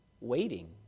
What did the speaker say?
waiting